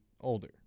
older